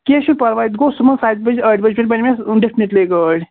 کیٚنٛہہ چھُنہٕ پَرواے گوٚو صُبَحس سَتہِ بَجہِ ٲٹھِ بَجہِ تام بَنہِ مےٚ ڈیٚفنِٹلی گٲڑۍ